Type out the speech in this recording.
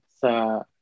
sa